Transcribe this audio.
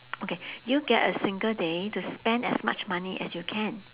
okay you get a single day to spend as much money as you can